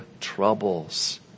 troubles